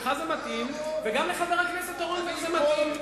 לך זה מתאים וגם לחבר הכנסת אורון זה מתאים.